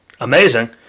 amazing